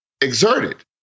exerted